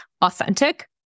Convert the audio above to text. authentic